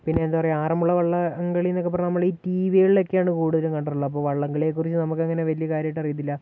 പിന്നെ എന്താ പറയുക ആറന്മുള വള്ളം കളിയെന്നൊക്കെ പറഞ്ഞാൽ നമ്മൾ ഈ ടി വികളിലൊക്കെയാണ് കൂടുതലും കണ്ടിട്ടുള്ളത് അപ്പോൾ വള്ളം കളിയെക്കുറിച്ച് നമുക്ക് അങ്ങനെ വലിയ കാര്യമായിട്ട് അറിയത്തില്ല